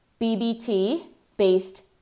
BBT-based